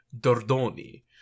Dordoni